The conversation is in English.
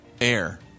air